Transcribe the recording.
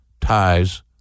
ties